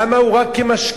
למה הוא רק כמשקיף?